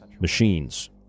machines